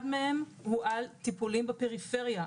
אחד מהם הוא על טיפולים בפריפריה.